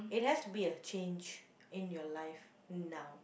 it has to be a change in your life now